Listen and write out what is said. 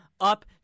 up